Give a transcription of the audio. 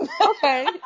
Okay